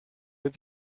have